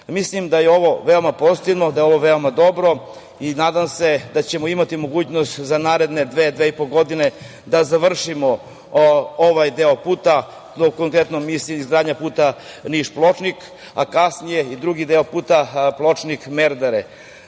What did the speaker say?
dole. Mislim da je ovo veoma pozitivno, da je veoma dobro i nadam se da ćemo imati mogućnost za naredne dve, dve i po godina da završimo ovaj deo puta. Konkretno mislim na izgradnju puta Niš-Pločnik, a kasnije i drugi deo puta Pločnik-Merdare.